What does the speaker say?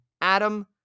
Adam